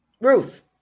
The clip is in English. Ruth